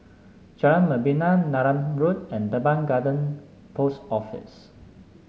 Jalan Membina Neram Road and Teban Garden Post Office